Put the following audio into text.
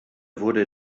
wurde